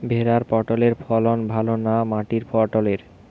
ভেরার পটলের ফলন ভালো না মাটির পটলের?